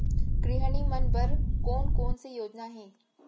गृहिणी मन बर कोन कोन से योजना हे?